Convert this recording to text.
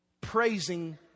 praising